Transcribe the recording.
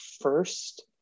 first